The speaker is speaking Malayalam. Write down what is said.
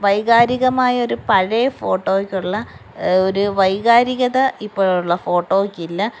വൈകാരികമായൊരു പഴയ ഫോട്ടോയ്ക്കുള്ള ഒരു വൈകാരികത ഇപ്പൊഴുള്ള ഫോട്ടോയ്ക്കില്ല